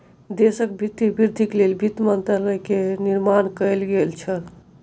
देशक वित्तीय वृद्धिक लेल वित्त मंत्रालय के निर्माण कएल गेल छल